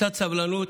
קצת סבלנות,